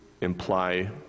imply